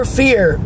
fear